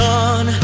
on